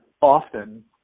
often